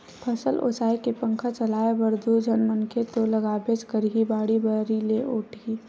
फसल ओसाए के पंखा चलाए बर दू झन मनखे तो लागबेच करही, बाड़ी बारी ले ओटही